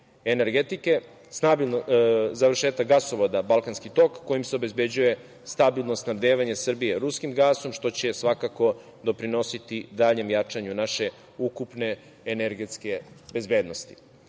energetike, završetak gasovoda Balkanski tok kojim se obezbeđuje stabilno snabdevanje Srbije ruskim gasom, što će svakako doprinositi daljem jačanju naše ukupne energetske bezbednosti.